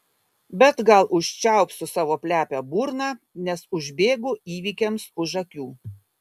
bet gal užčiaupsiu savo plepią burną nes užbėgu įvykiams už akių